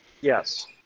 yes